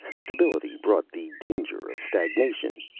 stability brought the danger of stagnation,